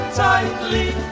tightly